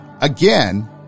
again